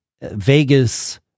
Vegas